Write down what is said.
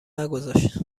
نگذاشت